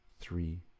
three